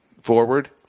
forward